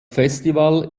festival